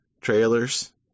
trailers